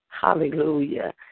Hallelujah